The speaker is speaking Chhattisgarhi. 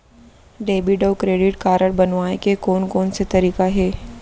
डेबिट अऊ क्रेडिट कारड बनवाए के कोन कोन से तरीका हे?